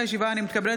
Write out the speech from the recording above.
קובע